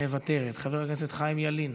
מוותרת, חבר הכנסת חיים ילין,